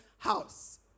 house